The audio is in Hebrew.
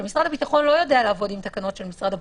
משרד הביטחון לא יודע לעבוד עם תקנות של משרד הבריאות.